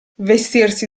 vestirsi